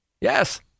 Yes